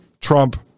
Trump